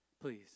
Please